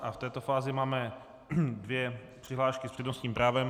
V této fázi máme dvě přihlášky s přednostním právem.